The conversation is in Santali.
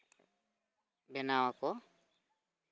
ᱵᱮᱱᱟᱣ ᱟᱠᱚ